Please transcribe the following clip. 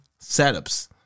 setups